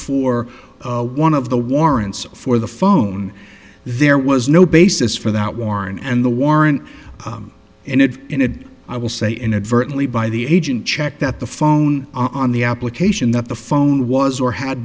for a one of the warrants for the phone there was no basis for that warren and the warrant ended in a day i will say inadvertently by the agent check that the phone on the application that the phone was or had